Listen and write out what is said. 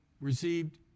received